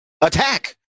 Attack